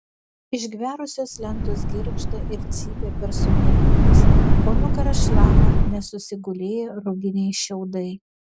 išgverusios lentos girgžda ir cypia per sunėrimus po nugara šlama nesusigulėję ruginiai šiaudai